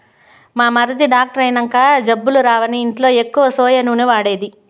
మా మరిది డాక్టర్ అయినంక జబ్బులు రావని ఇంట్ల ఎక్కువ సోయా నూనె వాడేది